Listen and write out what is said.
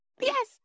Yes